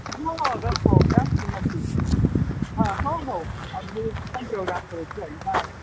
हो अगं हो नक्की नक्की हां हो हो अगदी उत्तम प्रोग्राम करू चल बाय